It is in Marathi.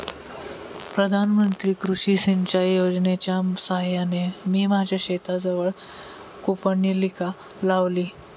प्रधानमंत्री कृषी सिंचाई योजनेच्या साहाय्याने मी माझ्या शेताजवळ कूपनलिका लावली